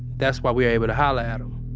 that's why we're able to holler at em.